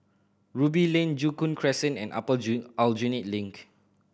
Ruby Lane Joo Koon Crescent and Upper Joo Aljunied Link